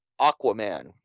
Aquaman